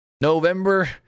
November